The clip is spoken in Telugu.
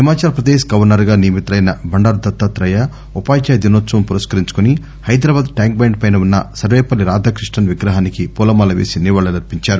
హిమాచల్ పదేశ్ గవర్నర్గా నియమితులైన బండారు దత్తాతేయ ఉపాధ్యాయ దినోత్సవం పురస్కరించుకొని హైదరాబాద్ ట్యాంక్బండ్పై ఉన్న సర్వేపల్లి రాధాకృష్ణన్ విగ్రహానికి పూలమాలవేసి నివాళులర్పించారు